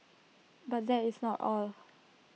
but that is not all